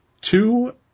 two